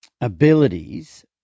abilities